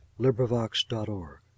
LibriVox.org